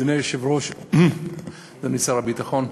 אדוני היושב-ראש, אדוני שר הביטחון,